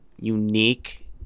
unique